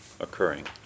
occurring